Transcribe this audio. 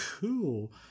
Cool